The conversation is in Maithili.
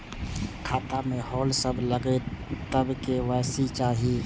खाता में होल्ड सब लगे तब के.वाई.सी चाहि?